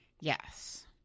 yes